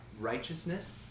righteousness